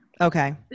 Okay